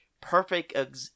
perfect